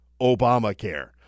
Obamacare